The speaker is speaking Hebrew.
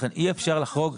לכן אי אפשר לחרוג לגמרי.